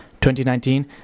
2019